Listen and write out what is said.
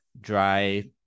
dry